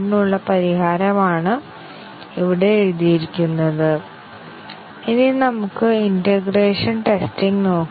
ഇപ്പോൾ ഒരു variable live ആണോ അല്ലയോ എന്ന് നമുക്ക് ഒരു ഉദാഹരണവുമായി ബന്ധപ്പെട്ട് നോക്കാം